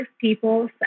people